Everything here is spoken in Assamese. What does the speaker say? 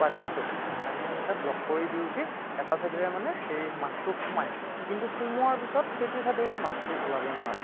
সোপা দিয়াটোক আমি সেনেকে ব্লক কৰি দি উঠি এটা ছাইদেৰে মানে মাছটো সোমায় কিন্তু সোমোৱাৰ পিছত সেইটো ছাইদেৰে মাছটো ওলাব নোৱাৰে